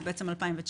זה ב-2019,